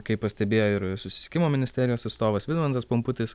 kaip pastebėjo ir susisiekimo ministerijos atstovas vidmantas pumputis